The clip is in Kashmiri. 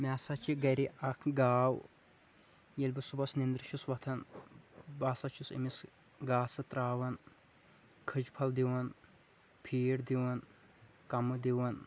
مےٚ ہسا چھِ گَرِ اَکھ گاو ییٚلہِ بہٕ صُبحس نیٚنٛدرِ چھُس وۅتھان بہٕ ہسا چھُس أمِس گاسہٕ ترٛاوان خٔج پھل دِوان فیٖڈ دِوان کَمہٕ دِوان